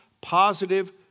positive